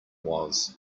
was